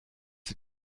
sie